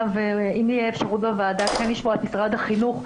ואם יהיה אפשרות בוועדה שמישהו ממשרד החינוך,